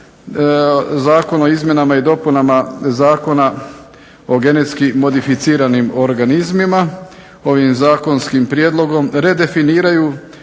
Zakon o izmjenama Zakona o genetski modificiranim organizmima, ovim zakonskim prijedlogom redefiniraju